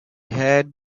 had